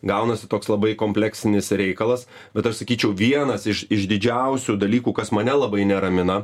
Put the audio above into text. gaunasi toks labai kompleksinis reikalas bet aš sakyčiau vienas iš iš didžiausių dalykų kas mane labai neramina